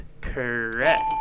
correct